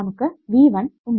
നമുക്ക് V1 ഉണ്ട്